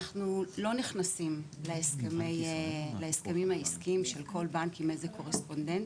אנחנו לא נכנסים להסכמים העסקיים של כל בנק עם קורספונדנט,